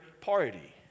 party